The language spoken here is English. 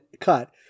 cut